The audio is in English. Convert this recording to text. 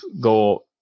go